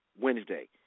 Wednesday